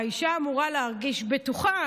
האישה אמורה להרגיש בטוחה,